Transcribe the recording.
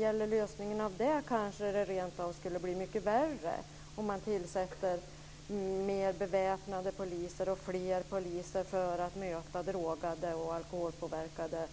Med fler och mer beväpnade poliser för att möta drogade och alkoholpåverkade